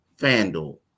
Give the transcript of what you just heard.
FanDuel